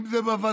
אם זה בוותמ"ל,